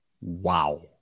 Wow